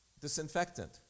disinfectant